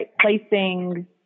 placing